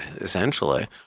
essentially